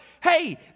hey